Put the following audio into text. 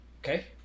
Okay